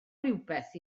rywbeth